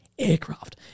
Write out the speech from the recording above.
aircraft